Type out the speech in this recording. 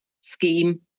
scheme